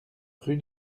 rue